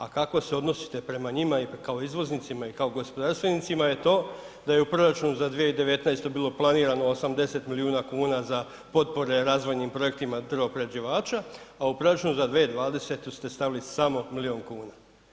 A kako se odnosite prema njima i kao izvoznicima i kao gospodarstvenicima je to da je u proračunu za 2019. bilo planirano 80 milijuna kuna za potpore razvojnim projektima drvoprerađivača, a u proračunu za 2020. ste stavili samo milijun kuna.